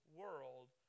world